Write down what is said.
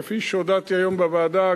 כפי שהודעתי היום בוועדה,